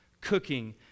cooking